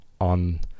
on